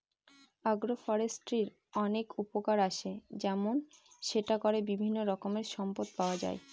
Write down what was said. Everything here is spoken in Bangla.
আগ্র ফরেষ্ট্রীর অনেক উপকার আসে যেমন সেটা করে বিভিন্ন রকমের সম্পদ পাওয়া যায়